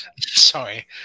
Sorry